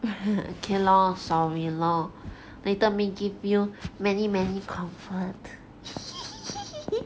okay lor sorry lor later me give you many many confront